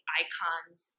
icons